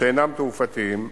שאינם תעופתיים,